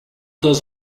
does